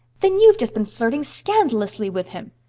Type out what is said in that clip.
then you've just been flirting scandalously with him.